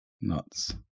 Nuts